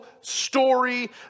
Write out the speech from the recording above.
story